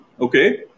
Okay